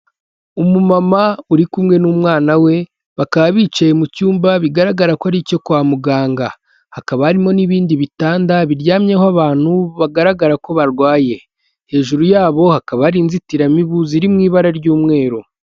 Umumama uri kumwe n'umwana we bakaba bicaye mu cyumba bigaragara ko ari icyo kwa muganga, hakaba harimo n'ibindi bitanda biryamyeho abantu bagaragara ko barwaye, hejuru yabo hakaba ari inzitiramibu ziri mu ibara ry'umweru.